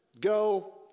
go